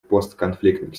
постконфликтных